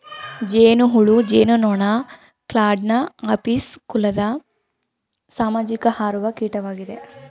ಜೇನುಹುಳು ಜೇನುನೊಣ ಕ್ಲಾಡ್ನ ಅಪಿಸ್ ಕುಲದ ಸಾಮಾಜಿಕ ಹಾರುವ ಕೀಟವಾಗಿದೆ